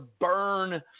burn